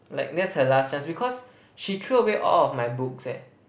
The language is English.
like that's her last chance because she threw away all of my books eh